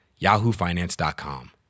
yahoofinance.com